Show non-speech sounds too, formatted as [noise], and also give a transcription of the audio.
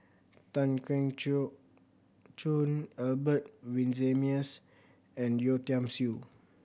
Tan Keong [unintelligible] Choon Albert Winsemius and Yeo Tiam Siew